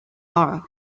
borough